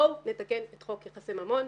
בואו נתקן את חוק יחסי ממון,